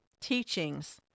teachings